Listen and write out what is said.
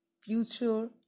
future